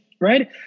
right